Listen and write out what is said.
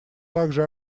также